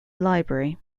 library